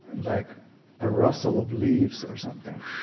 like a rustle of leaves or something,